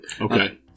okay